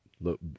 look